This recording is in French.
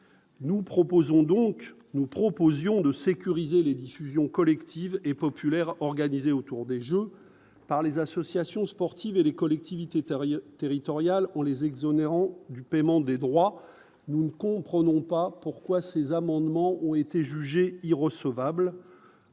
nous proposions de sécuriser les diffusions collective et populaire organisée autour des Jeux par les associations sportives et les collectivités territoriale en les exonérant du paiement des droits nous ne comprenons pas pourquoi ces amendements ont été jugés hier recevable